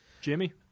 Jimmy